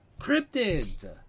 Cryptids